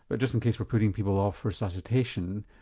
but just in case we're putting people off resuscitation,